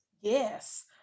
Yes